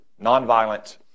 nonviolent